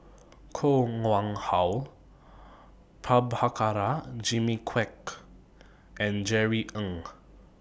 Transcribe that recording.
Koh Nguang How Prabhakara Jimmy Quek and Jerry Ng